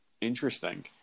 Interesting